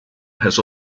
has